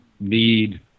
need